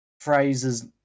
phrases